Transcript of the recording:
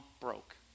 broke